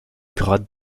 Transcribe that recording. grade